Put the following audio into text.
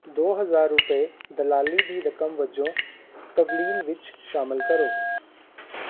ਦੋ ਹਜ਼ਾਰ ਰੁਪਏ ਦਲਾਲੀ ਦੀ ਰਕਮ ਵਜੋਂ ਤਵਲੀਨ ਵਿੱਚ ਸ਼ਾਮਲ ਕਰੋ